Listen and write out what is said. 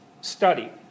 study